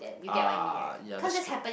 ah ya that's true